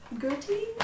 Gertie